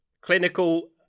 clinical